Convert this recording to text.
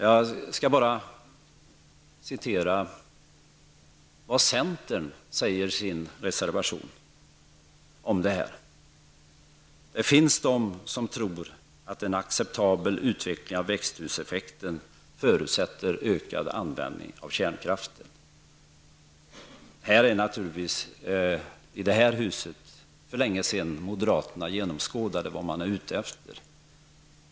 Jag skall bara citera vad centern säger i sin reservation om detta: ''Det finns de som tror, att en acceptabel utveckling av växthuseffekten förutsätter ökad användning av kärnkraft.'' Man har naturligtvis, i det här huset, för länge sedan genomskådat vad moderaterna är ute efter.